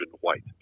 white